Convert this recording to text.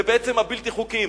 ובעצם הבלתי-חוקיים.